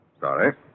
Sorry